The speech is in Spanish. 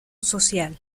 social